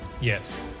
Yes